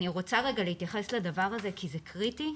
אני רוצה להתייחס לדבר הזה כי הוא קריטי.